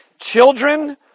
Children